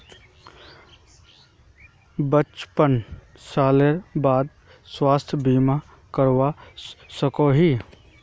पचपन सालेर बाद स्वास्थ्य बीमा करवा सकोहो ही?